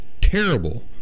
terrible